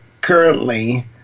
currently